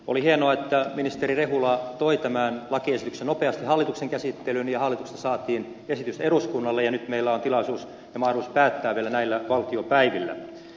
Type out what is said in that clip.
oli hienoa että ministeri rehula toi tämän lakiesityksen nopeasti hallituksen käsittelyyn ja hallituksesta saatiin esitys eduskunnalle ja nyt meillä on tilaisuus ja mahdollisuus päättää vielä näillä valtiopäivillä